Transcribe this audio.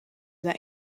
that